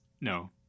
No